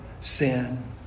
sin